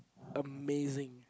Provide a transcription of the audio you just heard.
amazing